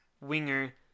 winger